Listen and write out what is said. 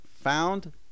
found